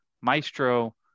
Maestro